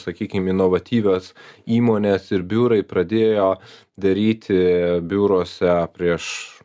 sakykim inovatyvios įmonės ir biurai pradėjo daryti biuruose prieš